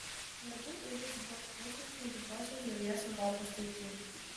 vergų ūgis buvo didesnis nei didžiosios dalies europos tautų